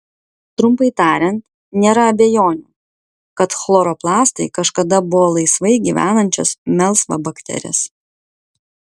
trumpai tariant nėra abejonių kad chloroplastai kažkada buvo laisvai gyvenančios melsvabakterės